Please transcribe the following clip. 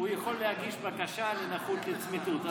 להגיש בקשה לנכות לצמיתות.